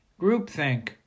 groupthink